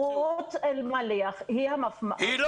בבחינה הזאת רות אלמליח היא ה --- היא קובעת.